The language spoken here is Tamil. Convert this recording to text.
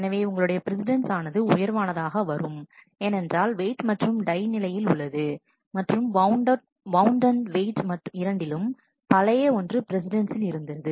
எனவே உங்களுடைய பிரஸிடெண்ட்ஸ் ஆனது உயர்வானதாக வரும் ஏனென்றால் அது வெயிட் மட்டும் டை நிலையில் உள்ளது மற்றும் வவ்வுண்ட் அண்ட் வெயிட் இரண்டிலும் பழைய ஒன்று பிரஸிடெண்ட்சில் இருந்தது